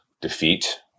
defeat